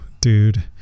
dude